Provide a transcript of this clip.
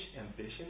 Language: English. ambition